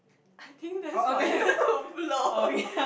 I think that's why you're too blur